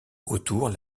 autour